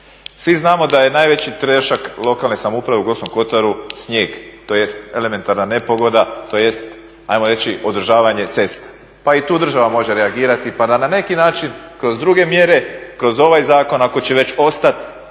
Svi znamo da je najveći trošak lokalne samouprave u Gorskom kotaru snijeg, tj. elementarna nepogoda, tj. ajmo reći održavanje cesta. Pa i tu država može reagirati pa da na neki način kroz druge mjere, kroz ovaj zakon ako će već ostati